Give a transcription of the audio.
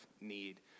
need